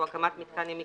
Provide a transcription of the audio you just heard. או הקמת מיתקן ימי